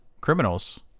criminals